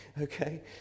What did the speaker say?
okay